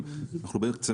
כלומר,